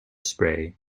spray